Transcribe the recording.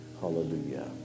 Hallelujah